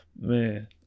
man